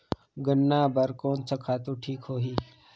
गन्ना बार कोन सा खातु ठीक होही?